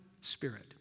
Spirit